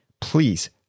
please